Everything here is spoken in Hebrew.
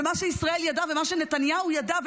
ומה שישראל ידעה ומה שנתניהו ידע,